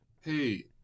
hey